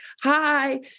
hi